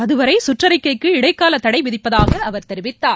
அதுவரை கற்றறிக்கைக்கு இடைக்கால தடை விதிப்பதாக அவர் தெரிவித்தார்